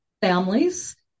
families